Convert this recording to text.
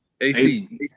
AC